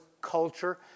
culture